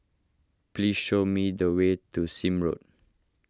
please show me the way to Sime Road